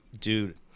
Dude